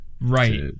Right